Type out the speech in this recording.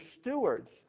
stewards